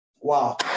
Wow